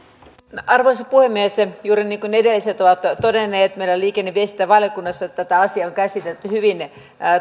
arvoisa puhemies juuri niin kuin edelliset ovat todenneet meillä liikenne ja viestintävaliokunnassa tätä asiaa on käsitelty hyvin